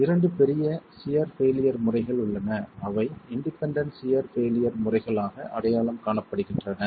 இரண்டு பெரிய shear failure முறைகள் உள்ளன அவை இண்டிபென்டென்ட் சியர் பெய்லியர் முறைகளாக அடையாளம் காணப்படுகின்றன